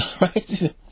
Right